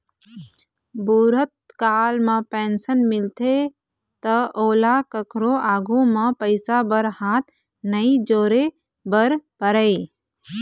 बूढ़त काल म पेंशन मिलथे त ओला कखरो आघु म पइसा बर हाथ नइ जोरे बर परय